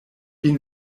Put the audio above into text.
been